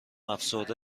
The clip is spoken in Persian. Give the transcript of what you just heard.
افسرده